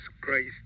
Christ